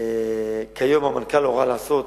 כיום המנכ"ל הורה לעשות